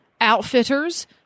Outfitters